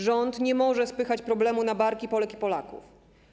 Rząd nie może spychać problemu na barki Polek i Polaków.